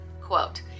quote